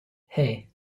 hey